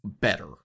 better